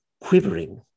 quivering